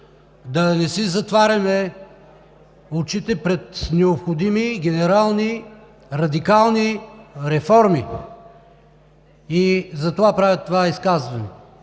Да не си затваряме очите пред необходими генерални и радикални реформи – затова правя това изказване.